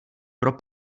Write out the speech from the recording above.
pro